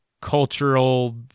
cultural